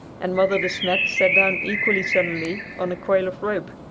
and mother de smet sat down equally suddenly on a coil of rope.